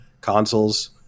consoles